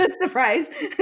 Surprise